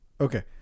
Okay